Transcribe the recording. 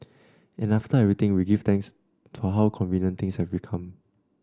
and after everything we give thanks for how convenient things have become